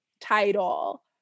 title